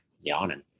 yawning